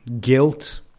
guilt